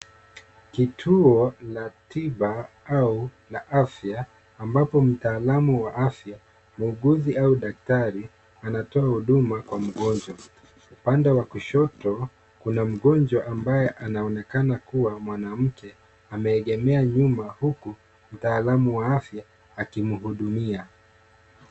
Kituo la tiba au la afya ambapo mtaalamu wa afya muuguzi au daktari anatoa huduma kwa mgonjwa. Upande wa kushoto kuna mgonjwa ambaye anaonekana kuwa mwanamke ameegemea nyuma huku mtaalamu wa afya akimhudumia.